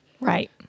Right